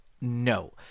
No